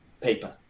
paper